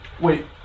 wait